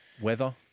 Weather